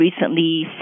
recently